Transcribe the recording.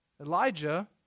Elijah